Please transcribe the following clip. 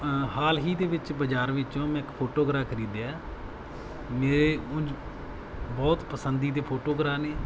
ਹਾਲ ਹੀ ਦੇ ਵਿੱਚ ਬਜ਼ਾਰ ਵਿੱਚੋਂ ਮੈਂ ਇੱਕ ਫੋਟੋਗਰਾ ਖਰੀਦਿਆ ਮੇਰੇ ਉਂਝ ਬਹੁਤ ਪਸੰਦੀਦੇ ਫੋਟੋਗਰਾ ਨੇ